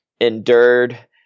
endured